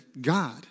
God